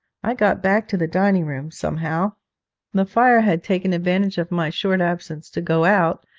i got back to the dining-room, somehow the fire had taken advantage of my short absence to go out,